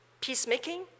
peacemaking